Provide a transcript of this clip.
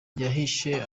yahishe